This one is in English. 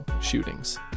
shootings